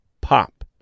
pop